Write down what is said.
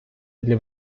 для